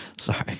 Sorry